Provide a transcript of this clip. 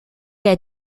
est